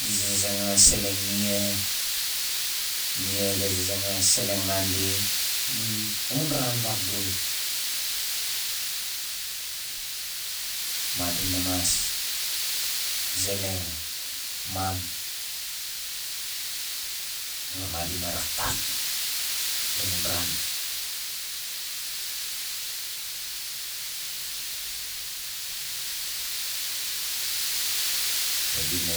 Di zazangas seleng nia nia ga zazangas seleng nandi amun amun ran vagdul madina mas zeleng mam ma madina raktak la mun ran la bina